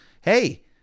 hey